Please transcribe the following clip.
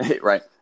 right